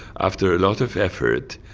after a lot of effort,